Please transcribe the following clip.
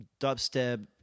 dubstep